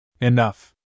Enough